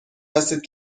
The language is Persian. هستید